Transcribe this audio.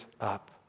up